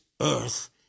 earth